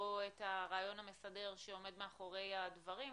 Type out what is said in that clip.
את הרעיון המסדר שעומד מאחורי הדברים.